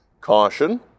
caution